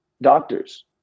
doctors